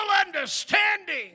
understanding